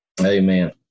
Amen